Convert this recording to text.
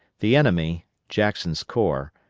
the enemy, jackson's corps,